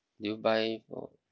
do you buy or